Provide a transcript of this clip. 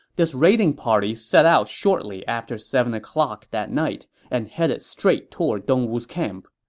this raiding party set out shortly after seven o'clock that night and headed straight toward dongwu's camp.